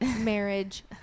marriage